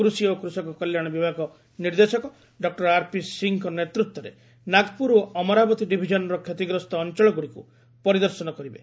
କୃଷି ଓ କୃଷକ କଲ୍ୟାଣ ବିଭାଗ ନିର୍ଦ୍ଦେଶକ ଡକ୍ଟର ଆର୍ପି ସିଂହଙ୍କ ନେତୃତ୍ୱରେ ନାଗପୁର ଓ ଅମରାବତୀ ଡିଭିଜନ୍ର କ୍ଷତିଗ୍ରସ୍ତ ଅଞ୍ଚଳଗୁଡ଼ିକୁ ପରିଦର୍ଶନ କରିବେ